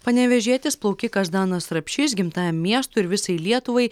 panevėžietis plaukikas danas rapšys gimtajam miestui ir visai lietuvai